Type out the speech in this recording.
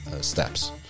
steps